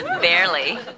Barely